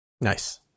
Nice